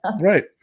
right